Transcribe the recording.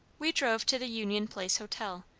we drove to the union place hotel,